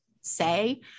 say